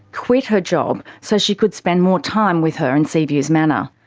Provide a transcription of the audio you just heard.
quit her job so she could spend more time with her in sea views manor.